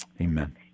amen